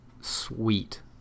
sweet